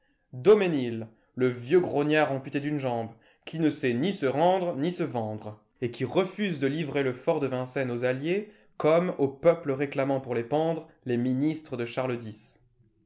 daumesnil le vieux grognard amputé d'une jambe qui ne sait ni se rendre ni se vendre et qui refuse de livrer le fort de vincennes aux alliés comme au peuple réclamant pour les pendre les ministres de charles x